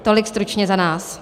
Tolik stručně za nás.